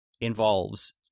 involves